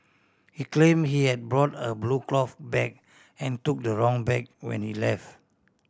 he claim he had brought a blue cloth bag and took the wrong bag when he left